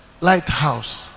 Lighthouse